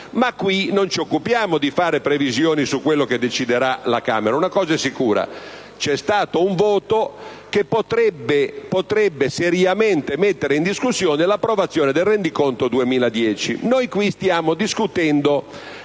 Ma qui non ci occupiamo di fare previsioni su quello che deciderà la Camera. Una cosa è sicura: c'è stato un voto che potrebbe seriamente mettere in discussione l'approvazione del rendiconto 2010. Noi stiamo discutendo